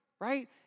right